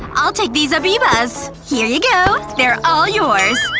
i'll take these abibas here you go. they're all yours